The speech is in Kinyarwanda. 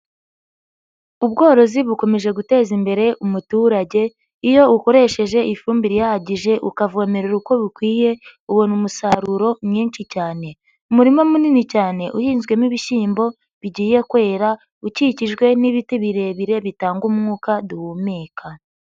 Ubworozi bukomeje guteza imbere umuturage, iyo ukoresheje ifumbire ihagije ukavomerera uko bikwiye, ubona umusaruro mwinshi cyane. Umurima munini cyane uhinzwemo ibishyimbo bigiye kwera, ukikijwe n'ibiti birebire bitanga umwuka duhumeka.